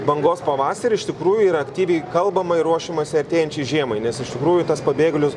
bangos pavasarį iš tikrųjų yra aktyviai kalbama ir ruošiamasi artėjančiai žiemai nes iš tikrųjų tas pabėgėlių